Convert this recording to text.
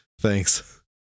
Thanks